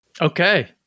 Okay